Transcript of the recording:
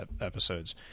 episodes